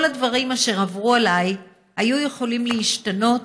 כל הדברים אשר עברו עליי היו יכולים להשתנות